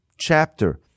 chapter